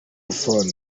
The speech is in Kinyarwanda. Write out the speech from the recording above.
buffon